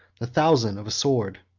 the thousand of a sword,